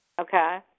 Okay